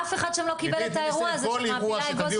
אף אחד שם לא קיבל את האירוע הזה של מעפילי האגוז,